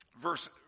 Verse